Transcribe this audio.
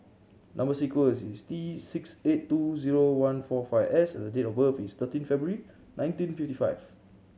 number sequence is T six eight two zero one four five S the date of birth is thirteen February nineteen fifty five